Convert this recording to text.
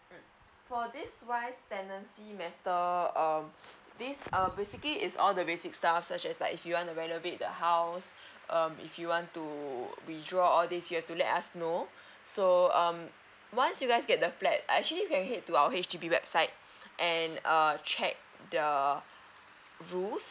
mm for this wise tenancy matter um this err basically it's all the basic stuff such as like if you wanna renovate the house um if you want to withdraw all these you have to let us know so um once you guys get the flat actually can head to our H_D_B website and err check the rules